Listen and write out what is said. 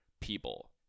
people